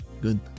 Good